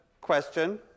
question